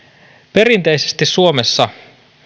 perinteisesti suomessa